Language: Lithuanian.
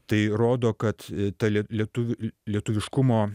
tai rodo kad ta lie lietuvių lietuviškumo